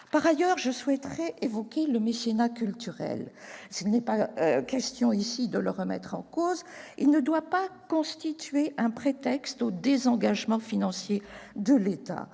Par ailleurs, je souhaiterais évoquer le mécénat culturel. S'il n'est pas question de le remettre en cause, il ne doit pas constituer un prétexte au désengagement financier de l'État.